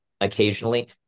occasionally